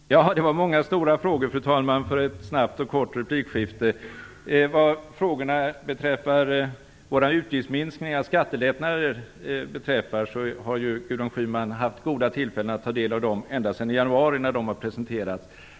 Fru talman! Det var många stora frågor för ett snabbt och kort replikskifte. Vad beträffar våra utgiftsminskningar och skattelättnader har Gudrun Schyman haft goda tillfällen, ända sedan i januari, till att ta del av dem när de har presenterats.